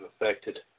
affected